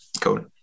Cool